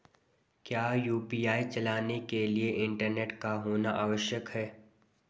क्या यु.पी.आई चलाने के लिए इंटरनेट का होना आवश्यक है?